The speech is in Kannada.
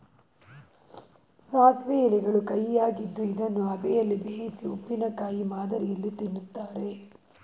ಸಾಸಿವೆ ಎಲೆಗಳು ಕಹಿಯಾಗಿದ್ದು ಇದನ್ನು ಅಬೆಯಲ್ಲಿ ಬೇಯಿಸಿ ಉಪ್ಪಿನಕಾಯಿ ಮಾದರಿಯಲ್ಲಿ ತಿನ್ನುತ್ತಾರೆ